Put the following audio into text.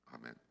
Amen